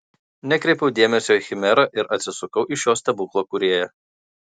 nekreipiau dėmesio į chimerą ir atsisukau į šio stebuklo kūrėją